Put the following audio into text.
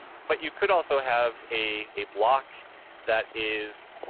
but you could also have a block that is,